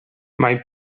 mae